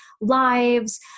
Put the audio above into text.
lives